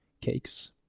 cakes